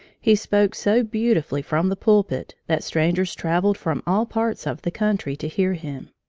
he spoke so beautifully from the pulpit that strangers traveled from all parts of the country to hear him.